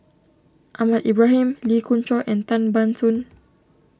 Ahmad Ibrahim Lee Khoon Choy and Tan Ban Soon